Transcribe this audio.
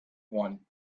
one